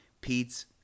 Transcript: Pete's